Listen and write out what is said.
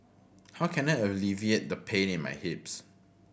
how can I alleviate the pain in my hips